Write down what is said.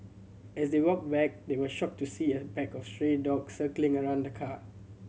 as they walked back they were shocked to see a pack of stray dogs circling around the car